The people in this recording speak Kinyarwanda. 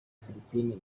philippines